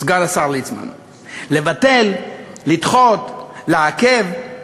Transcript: סגן השר ליצמן, לבטל, לדחות, לעכב,